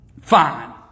Fine